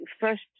first